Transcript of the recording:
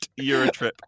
Eurotrip